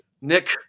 Nick